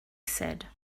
said